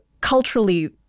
culturally